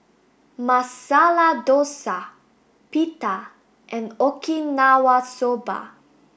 Masala Dosa Pita and Okinawa soba